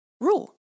rule